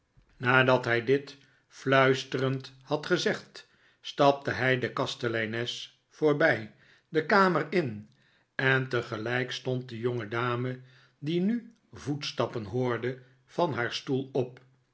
nadat hij dit fluisterend had gezegd stapte hij de kasteleines voorbij de kamer in en tegelijk stond de jongedame die nu voetstappen hoorde van haar stoel op